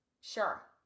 Sure